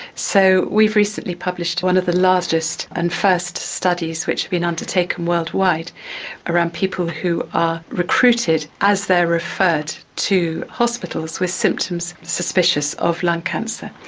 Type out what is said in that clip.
so we've recently published one of the largest and first studies which have been undertaken worldwide around people who are recruited as they are referred to hospitals with symptoms suspicious of lung cancer.